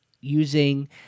using